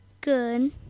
Good